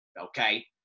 okay